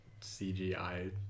CGI